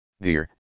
Dear